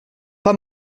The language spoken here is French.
pas